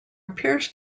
appears